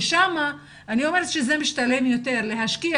ושם אני אומרת שזה משתלם יותר להשקיע